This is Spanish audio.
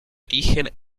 origen